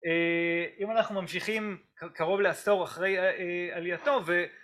אה... אם אנחנו ממשיכים קרוב לעשור אחרי אה עלייתו ו